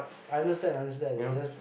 I understand understand it's just